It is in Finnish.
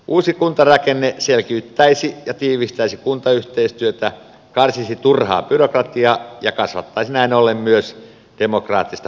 uusi kuntarakenne selkiyttäisi ja tiivistäisi kuntayhteistyötä karsisi turhaa byrokratiaa ja kasvattaisi näin ollen myös demokraattista päätöksentekovaltaa